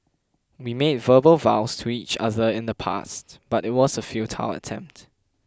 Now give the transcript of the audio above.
we made verbal vows to each other in the past but it was a futile attempt